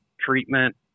treatment